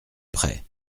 près